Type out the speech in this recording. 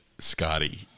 scotty